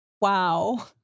wow